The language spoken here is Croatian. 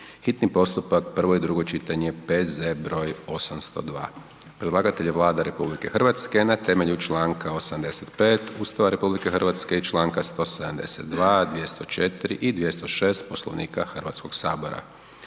hitni postupak, prvo i drugo čitanje, P.Z.E. br. 802; Predlagatelj je Vlada RH na temelju članka 85. Ustava RH i članka 172., 204. i 206. Poslovnika Hrvatskoga sabora.